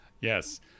Yes